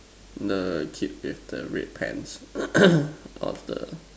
the kid with the red pants of the